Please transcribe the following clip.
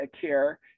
care